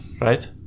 Right